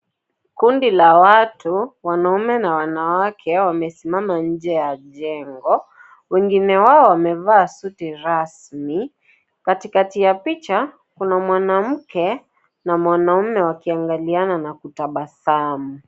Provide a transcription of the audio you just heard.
Kundi la watu, wanaume na wanawake wamesimama nje ya jengo. Wengine wao wamevaa suti rasmi. Katikati ya picha, kuna mwanamke na mwanaume wakiangaliana na kutabasamu.